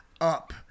up